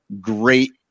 great